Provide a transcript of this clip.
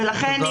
ולכן,